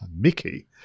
Mickey